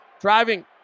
Driving